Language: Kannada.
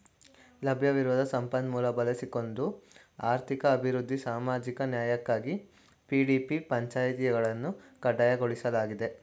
ಲಭ್ಯವಿರುವ ಸಂಪನ್ಮೂಲ ಬಳಸಿಕೊಂಡು ಆರ್ಥಿಕ ಅಭಿವೃದ್ಧಿ ಸಾಮಾಜಿಕ ನ್ಯಾಯಕ್ಕಾಗಿ ಪಿ.ಡಿ.ಪಿ ಪಂಚಾಯಿತಿಗಳನ್ನು ಕಡ್ಡಾಯಗೊಳಿಸಲಾಗಿದೆ